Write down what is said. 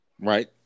Right